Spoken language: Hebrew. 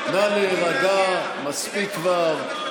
נא להירגע, מספיק כבר.